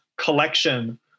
collection